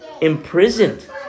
imprisoned